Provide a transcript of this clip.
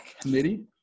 committee